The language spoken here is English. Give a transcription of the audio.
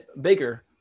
bigger